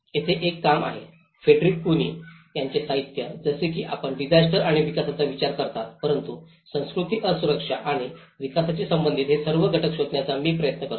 तेथे एक काम आहे फ्रेडरिक कुनी यांचे साहित्य जसे की आपण डिसास्टर आणि विकासाचा विचार करता परंतु संस्कृती असुरक्षा आणि विकासाशी संबंधित हे सर्व घटक शोधण्याचा मी प्रयत्न करतो